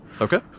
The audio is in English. Okay